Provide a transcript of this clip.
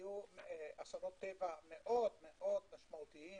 היו אסונות טבע מאוד משמעותיים